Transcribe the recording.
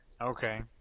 Okay